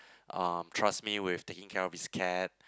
uh trust me with taking care of his cat